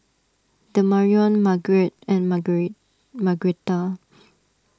Demarion Margret and Margretta